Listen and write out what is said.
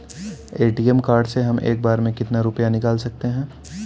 ATM card से हम एक बार में कितना रुपया निकाल सकते हैं?